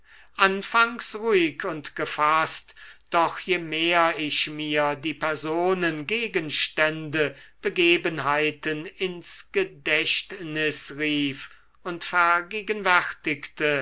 anfangs ruhig und gefaßt doch je mehr ich mir die personen gegenstände begebenheiten ins gedächtnis rief und